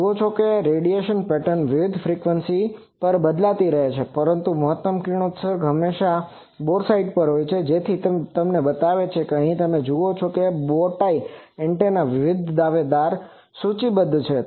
તમે જુઓ છો કે રેડિયેશન પેટર્ન વિવિધ ફ્રીક્વન્સીઝ પર બદલાતી રહે છે પરંતુ મહત્તમ કિરણોત્સર્ગ હંમેશા બોર સાઈટ પર હોય છે જેથી તે બતાવે છેકે તમે અહીં જુઓ છો કે આ બોટાઈ એન્ટેનાના વિવિધ દાવેદાર સૂચિબદ્ધ છે